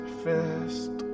fist